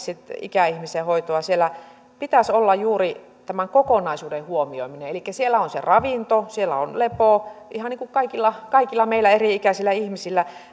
ikäihmisen hoitoa siellä pitäisi olla juuri tämän kokonaisuuden huomioiminen siellä on se ravinto siellä on lepo ihan niin kuin kaikilla kaikilla meillä eri ikäisillä